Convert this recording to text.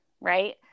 right